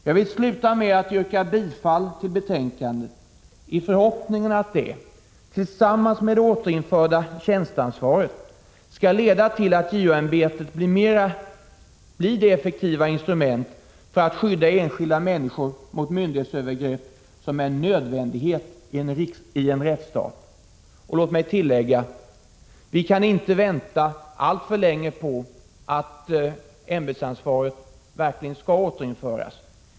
Jag vill sluta med att yrka bifall till utskottets hemställan i förhoppningen att det, tillsammans med det återinförda tjänsteansvaret, skall leda till att JO-ämbetet blir det effektiva instrument för att skydda enskilda människor mot myndighetsövergrepp som är en nödvändighet i en rättsstat. Låt mig tillägga: Vi kan inte vänta alltför länge på att ämbetsansvaret verkligen skall återinföras.